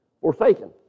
forsaken